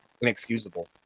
inexcusable